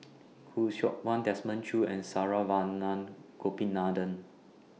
Khoo Seok Wan Desmond Choo and Saravanan Gopinathan